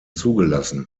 zugelassen